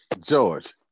George